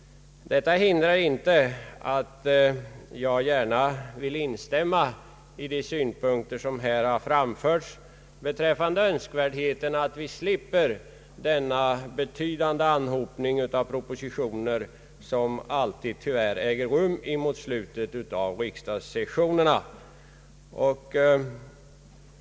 Detta hindrar inte att jag gärna vill instämma i de synpunkter som framförts beträffande önskvärdheten av att undvika den betydande anhopning av propositioner som tyvärr alltid förekommer just i slutet av riksdagssessionerna.